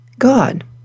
God